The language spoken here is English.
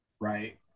Right